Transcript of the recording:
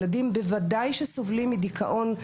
ילדים בוודאי שסובלים מדיכאון,